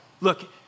Look